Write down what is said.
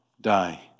die